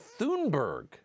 Thunberg